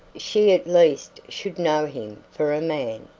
she at least should know him for a man.